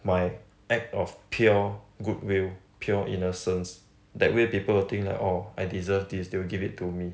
my act of pure goodwill pure innocence that way people will think like orh I deserve this they will give it to me